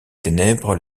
ténèbres